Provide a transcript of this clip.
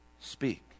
Speak